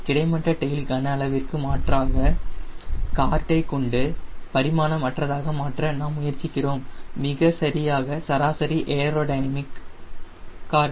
கிடைமட்ட டெயில் கன அளவிற்கு மாறாக கார்டை கொண்டு பரிமாணம் அற்றதாக மாற்ற நாம் முயற்சிக்கிறோம் மிக சரியாக சராசரி ஏரோடைனமிக் கார்டு